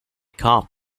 come